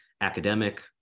academic